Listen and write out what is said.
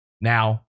Now